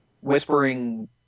Whispering